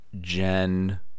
Jen